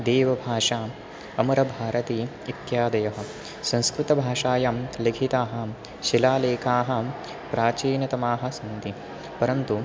देवभाषा अमरभारती इत्यादयः सन्स्कृतभाषायां लिखिताः शिलालेखाः प्राचीनतमाः सन्ति परन्तु